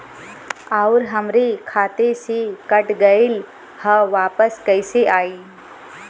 आऊर हमरे खाते से कट गैल ह वापस कैसे आई?